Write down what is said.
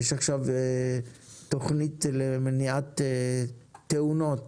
יש עכשיו תוכנית למניעת תאונות